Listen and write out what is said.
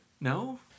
no